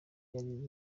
yari